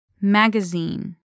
Magazine